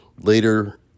later